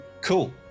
Cool